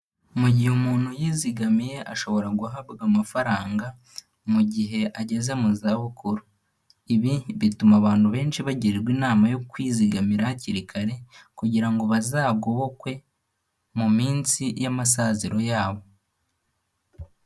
Mu gihe umuntu yizigamiye ashobora guhabwa amafaranga mu gihe ageze mu zabukuru. Ibi bituma abantu benshi bagirwa inama yo kwizigamira hakiri kare kugira ngo bazagobokwe mu minsi y'amasaziro yabo.